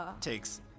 takes